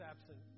absent